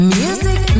music